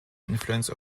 influence